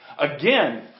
Again